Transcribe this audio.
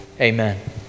Amen